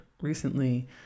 recently